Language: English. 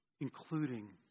including